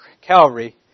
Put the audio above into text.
Calvary